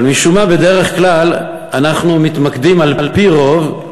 אבל משום מה, בדרך כלל אנחנו מתמקדים, על-פי רוב,